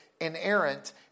inerrant